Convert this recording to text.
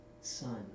son